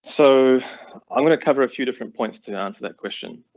so i'm going to cover a few different points to answer that question.